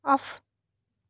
off